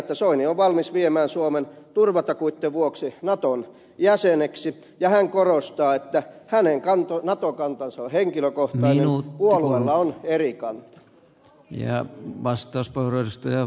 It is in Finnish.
soini on valmis viemään suomen turvatakuitten vuoksi naton jäseneksi ja hän korostaa että hänen nato kantansa on henkilökohtainen puolueella on eri kanta